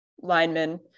lineman